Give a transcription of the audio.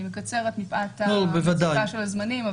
אני מקצרת מפאת המצוקה של הזמנים,